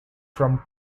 from